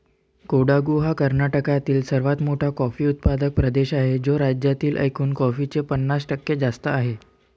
कोडागु हा कर्नाटकातील सर्वात मोठा कॉफी उत्पादक प्रदेश आहे, जो राज्यातील एकूण कॉफीचे पन्नास टक्के जास्त आहे